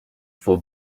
for